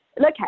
Okay